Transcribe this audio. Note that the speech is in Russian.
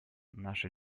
наша